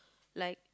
like